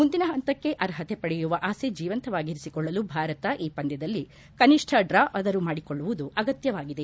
ಮುಂದಿನ ಪಂತಕ್ಕೆ ಅರ್ಪತೆ ಪಡೆಯುವ ಆಸೆ ಜೀವಂತವಾಗಿರಿಸಿಕೊಳ್ಳಲು ಭಾರತ ಈ ಪಂದ್ಕದಲ್ಲಿ ಕನಿಷ್ಠ ಡ್ರಾ ಆದರೂ ಮಾಡಿಕೊಳ್ಳುವುದು ಅಗತ್ಯವಾಗಿದೆ